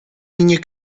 minha